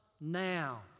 now